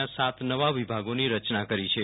ના સાત નવા વિભાગોની રચના કરીછે